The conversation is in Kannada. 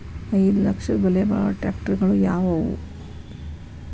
ಐದು ಲಕ್ಷದ ಬೆಲೆ ಬಾಳುವ ಟ್ರ್ಯಾಕ್ಟರಗಳು ಯಾವವು?